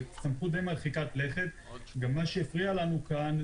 יש עוד כמה בדרך אחרינו.